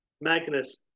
Magnus